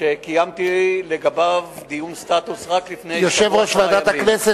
קיימתי לגביו דיון סטטוס רק לפני עשרה ימים.